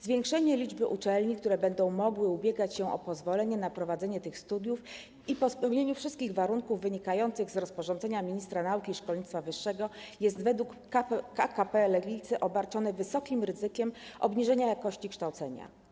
Zwiększenie liczby uczelni, które będą mogły ubiegać się o pozwolenie na prowadzenie tych studiów po spełnieniu wszystkich warunków wynikających z rozporządzenia ministra nauki i szkolnictwa wyższego, jest według KKP Lewicy obarczone wysokim ryzykiem obniżenia jakości kształcenia.